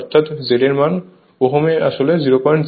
অর্থাৎ Z এর Ωএ মান আসলে 005